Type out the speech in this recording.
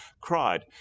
cried